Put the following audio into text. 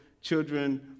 children